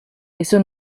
eso